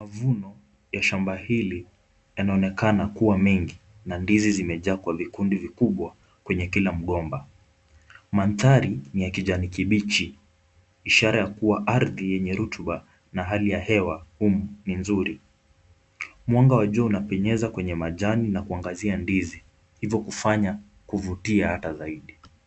Mavuno ya shamba hili yanaonekana kuwa mengi na ndizi zimejaa kwa vikundi vikubwa kwenye kila mgomba. Mandhari ni ya kijani kibichi ishara ya kuwa ardhi yenye rutuba na hali ya hewa humu ni nzuri. Mwanga wa jua unapenyeza kwenye majani na kuangazia ndizi hivo kufanya kuvutia hata zaidi.